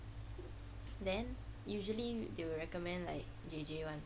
then usually they would recommend like J_J [one]